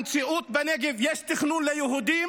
המציאות בנגב היא שיש תכנון ליהודים